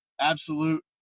absolute